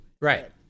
Right